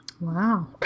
Wow